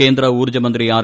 കേന്ദ്ര ഊർജ്ജമന്ത്രി ആർ